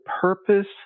purpose